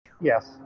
Yes